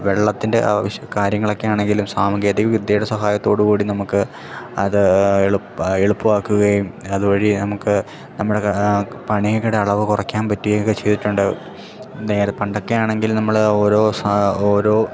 വെള്ളത്തിൻ്റെ ആവശ്യം കാര്യങ്ങൾ ഒക്കെ ആണെങ്കിലും സാങ്കേതിക വിദ്യയുടെ സഹായത്തോടു കൂടി നമുക്ക് അത് എളുപ്പം എളുപ്പമാക്കുകയും അതുവഴി നമുക്ക് നമ്മുടെ പണിയുടെ അളവ് കുറക്കാൻ പറ്റുകയും ഒക്കെ ചെയ്തിട്ടുണ്ട് നേരെ പണ്ടൊക്കെ ആണെങ്കിൽ നമ്മൾ ഓരോ സ ഓരോ